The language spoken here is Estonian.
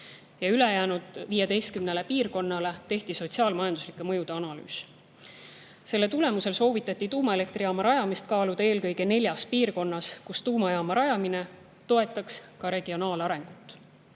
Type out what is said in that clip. ülejäänud 15 piirkonna kohta tehti sotsiaal-majanduslike mõjude analüüs. Selle tulemusel soovitati tuumaelektrijaama rajamist kaaluda eelkõige neljas piirkonnas, kus tuumajaama rajamine toetaks ka regionaalarengut.